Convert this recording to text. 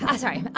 ah sorry.